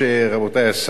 חברי חברי הכנסת,